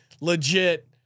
legit